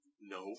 no